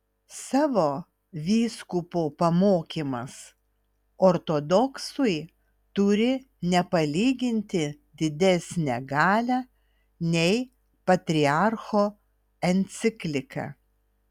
savo vyskupo pamokymas ortodoksui turi nepalyginti didesnę galią nei patriarcho enciklika